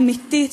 אמיתית,